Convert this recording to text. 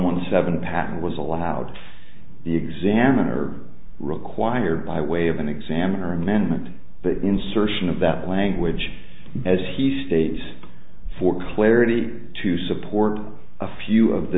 one seven patent was allowed the examiner required by way of an examiner amendment that insertion of that language as he states for clarity to support a few of